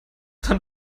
dann